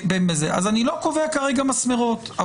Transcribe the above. אני לא קובע כרגע מסמרות.